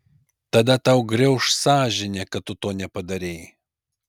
tada tau griauš sąžinė kad tu to nepadarei